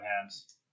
hands